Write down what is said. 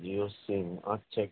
জিওর সিম আচ্ছা